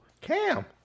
Cam